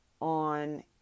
on